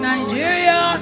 Nigeria